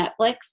Netflix